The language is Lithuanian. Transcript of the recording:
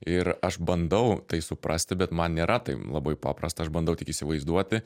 ir aš bandau tai suprasti bet man nėra tai labai paprasta aš bandau tik įsivaizduoti